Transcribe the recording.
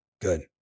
good